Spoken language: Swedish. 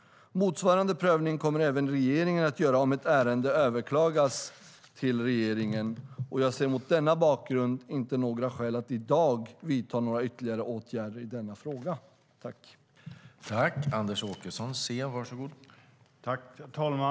Motsvarande prövning kommer även regeringen att göra om ett ärende överklagas till regeringen.